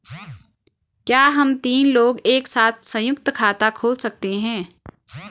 क्या हम तीन लोग एक साथ सयुंक्त खाता खोल सकते हैं?